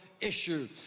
issue